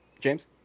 James